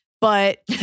but-